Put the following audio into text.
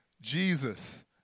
Jesus